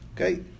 Okay